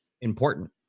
important